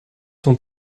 sont